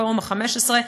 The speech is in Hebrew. פורום ה-15,